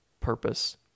purpose